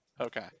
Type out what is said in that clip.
Okay